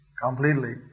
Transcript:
Completely